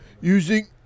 Using